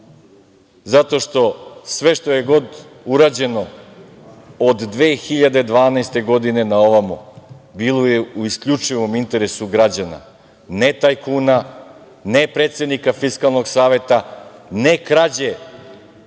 zato što sve što je god urađeno od 2012. godine naovamo bilo je u isključivom interesu građana, ne tajkuna, ne predsednika Fiskalnog saveta, ne krađe